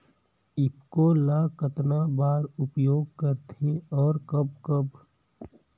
ईफको ल कतना बर उपयोग करथे और कब कब?